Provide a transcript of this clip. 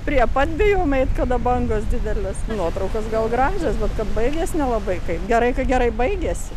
prie pat bijau nueit kada bangos didelės nuotraukos gal gražios vat kad baigės nelabai gerai kad gerai baigėsi